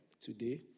today